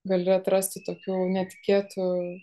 gali atrasti tokių netikėtų